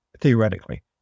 theoretically